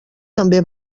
també